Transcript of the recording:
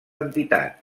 entitat